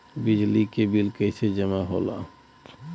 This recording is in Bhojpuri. बिजली के बिल कैसे जमा होला?